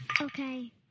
Okay